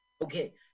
Okay